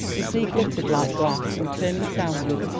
the sea glittered like glass, and turning southwards,